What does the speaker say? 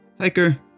hiker